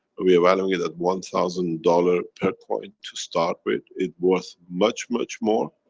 we evaluate it at one thousand dollar per coin to start with. it worth much, much more.